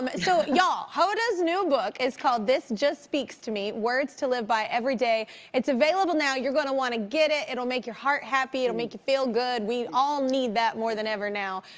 um so y'all, hoda's new book is called this just speaks to me words to live by every day it's available now, you're gonna wanna get it. it'll make your heart happy. it'll make you feel good. we all need that more than ever now.